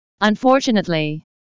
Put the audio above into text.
Unfortunately